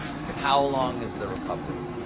how long is the recovery?